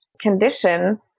condition